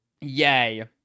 Yay